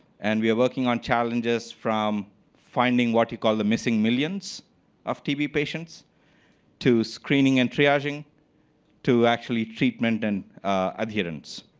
and we are working on challenges from finding what you call the missing millions of tb patients to screening and triaging to actually treatment and adherence.